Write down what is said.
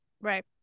right